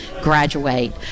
graduate